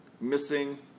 missing